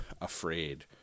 afraid